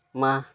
ᱢᱟ